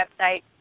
website